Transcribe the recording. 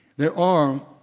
there are,